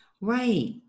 Right